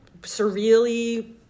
surreally